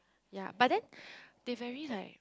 ya but then they very like